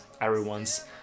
everyone's